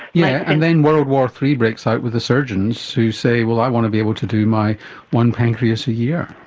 yeah, and then world war iii breaks out with the surgeons who say, well, i want to be able to do my one pancreas a year.